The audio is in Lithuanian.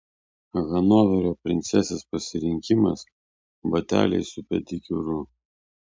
hanoverio princesės pasirinkimas bateliai su pedikiūru